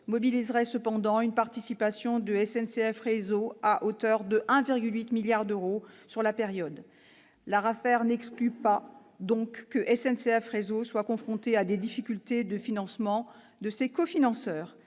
mobiliserait cependant une participation de SNCF Réseau à hauteur de 1,8 milliard d'euros sur la période ». L'ARAFER n'exclut donc pas que SNCF Réseau soit confronté à des difficultés de financement de ses cofinanceurs.